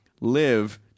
live